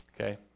Okay